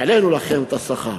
העלינו לכם את השכר.